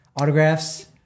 autographs